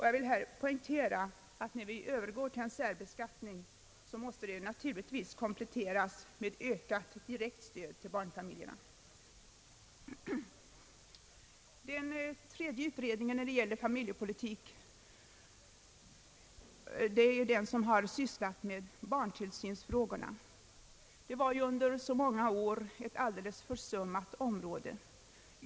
Jag vill här poängtera att när vi Övergår till en särbeskattning, måste det naturligtvis kompletteras med ökat direkt stöd till barnfamiljerna. Den tredje utredningen när det gäller familjepolitik har sysslat med barntillsynsfrågorna. Det var under många år ett alldeles försummat område.